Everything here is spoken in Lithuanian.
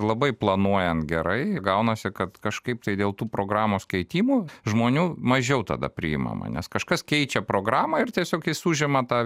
labai planuojant gerai gaunasi kad kažkaip tai dėl tų programos keitimų žmonių mažiau tada priimama nes kažkas keičia programą ir tiesiog jis užima tą